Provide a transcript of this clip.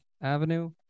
Avenue